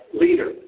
leader